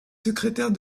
secrétaire